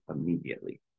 immediately